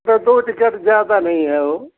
तो दो टिकट ज्यादा नहीं है वो